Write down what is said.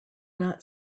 not